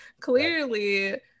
clearly